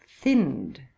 thinned